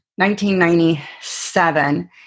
1997